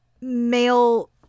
male